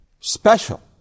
Special